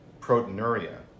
Proteinuria